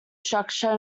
structure